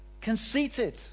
conceited